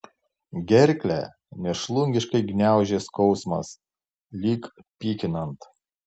gerklę mėšlungiškai gniaužė skausmas lyg pykinant